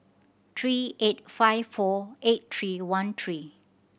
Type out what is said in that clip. three eight five four eight three one three